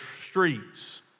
streets